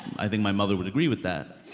i think my mother would agree with that.